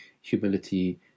humility